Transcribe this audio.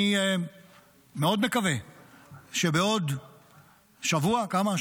אני מאוד מקווה שבעוד שבוע, כמה?